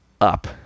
up